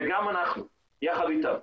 וגם אנחנו יחד איתה.